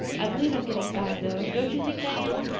i believe i'm getting fatter, though. don't you think i am?